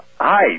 Hi